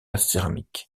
céramique